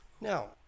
now